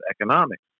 economics